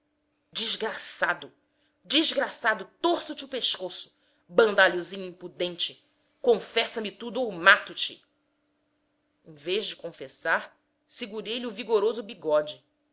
desgraçado desgraçado torço te o pescoço bandalhozinho impudente confessa me tudo ou mato te em vez de confessar segurei lhe o vigoroso bigode